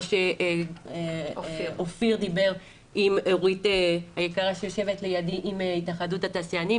מה שאופיר דיבר עם אורית מהתאחדות התעשיינים,